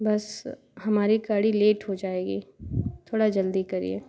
बस हमारी गाड़ी लेट हो जाएगी थोड़ा जल्दी करिए